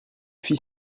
fils